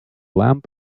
lamp